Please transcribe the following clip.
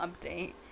update